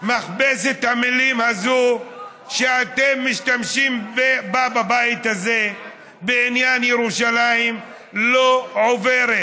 מכבסת המילים הזו שאתם משתמשים בה בבית הזה בעניין ירושלים לא עוברת.